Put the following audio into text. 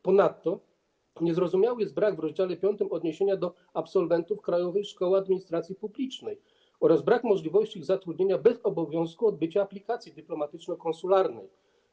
Ponadto niezrozumiały jest brak w rozdziale 5 odniesienia do absolwentów Krajowej Szkoły Administracji Publicznej oraz brak możliwości ich zatrudnienia bez obowiązku odbycia aplikacji dyplomatyczno-konsularnej.